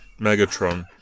Megatron